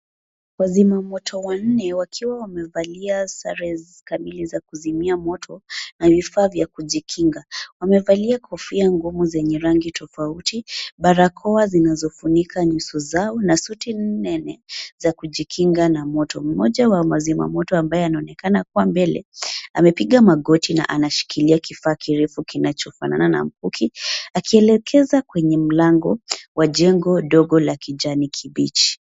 Wazima moto wanne wakiwa wamevalia sare kamili za kuzimia moto na vifaa vya kujikinga. Wamevalia kofia ngumu zenye rangi tofauti, barakoa zinazofunika nyuso zao na suti nene za kujikinga na moto. Mmoja wa wazima moto ambaye anaonekana kuwa mbele, amepiga magoti na anashikilia kifaa kirefu kinachofanana na mkuki akielekeza kwenye mlango wa jengo dogo la kijani kibichi.